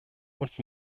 und